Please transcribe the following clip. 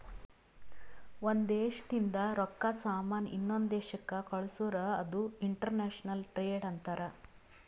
ಒಂದ್ ದೇಶದಿಂದ್ ರೊಕ್ಕಾ, ಸಾಮಾನ್ ಇನ್ನೊಂದು ದೇಶಕ್ ಕಳ್ಸುರ್ ಅದು ಇಂಟರ್ನ್ಯಾಷನಲ್ ಟ್ರೇಡ್ ಅಂತಾರ್